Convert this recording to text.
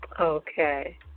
Okay